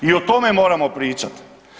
I o tome moramo pričati.